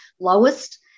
lowest